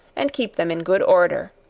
and keep them in good order,